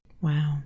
Wow